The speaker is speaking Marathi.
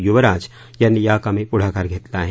यूवराज यांनी याकामी पुढाकार घेतला आहे